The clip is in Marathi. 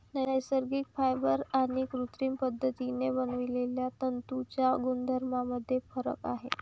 नैसर्गिक फायबर आणि कृत्रिम पद्धतीने बनवलेल्या तंतूंच्या गुणधर्मांमध्ये फरक आहे